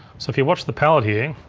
so if you watch the palette here,